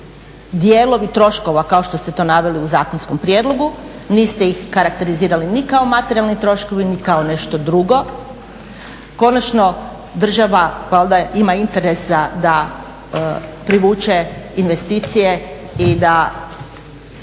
dijelovi troškova kao što ste to naveli u zakonskom prijedlogu. Niste ih karakterizirali ni kao materijalni troškovi, ni kao nešto drugo. Konačno država valjda ima interesa da privuče investicije i da,